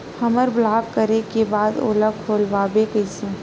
हमर ब्लॉक करे के बाद ओला खोलवाबो कइसे?